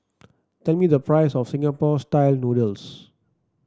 tell me the price of Singapore style noodles